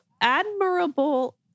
admirable